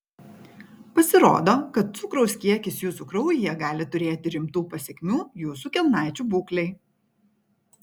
pasirodo kad cukraus kiekis jūsų kraujyje gali turėti rimtų pasekmių jūsų kelnaičių būklei